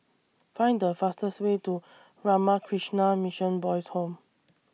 Find The fastest Way to Ramakrishna Mission Boys' Home